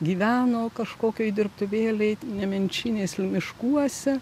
gyveno kažkokioj dirbtuvėlėl nemenčinės miškuose